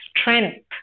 strength